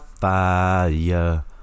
fire